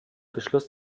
beschluss